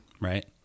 Right